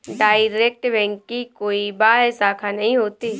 direct bank की कोई बाह्य शाखा नहीं होती